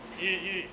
因为因为